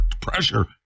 pressure